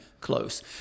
close